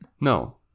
No